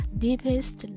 deepest